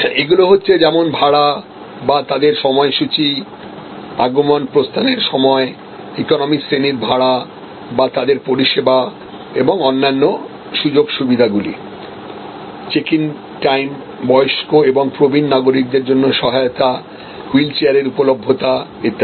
এগুলি হচ্ছে যেমন ভাড়া বা তাদের সময়সূচি আগমন প্রস্থানের সময় ইকোনমি শ্রেণীর ভাড়া বা তাদের পরিষেবা এবং অন্যান্য সুযোগসুবিধাগুলি চেক ইন টাইম বয়স্ক এবং প্রবীণ নাগরিকদের জন্য সহায়তা হুইলচেয়ারের উপলভ্যতা ইত্যাদি